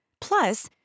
Plus